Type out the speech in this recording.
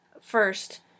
first